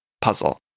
puzzle